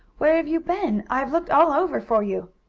where have you been? i've looked all over for you!